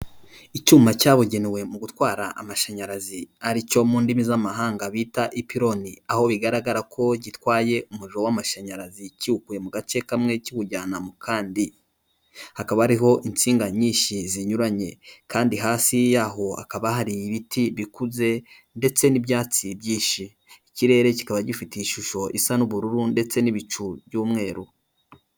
Icyuma cyabugenewe mu gutwara amashanyarazi ari cyo mu ndimi z'amahanga bita ipironi, aho bigaragara ko gitwaye umuriro w'amashanyarazi kiwukuwe mu gace kamwe kiwujyana mu kandi. Hakaba hariho insinga nyinshi zinyuranye kandi hasi yaho hakaba hari ibiti bikuze ndetse n'ibyatsi byinshi. Ikirere kikaba gifite ishusho isa n'ubururu ndetse n'ibicu by'umweru.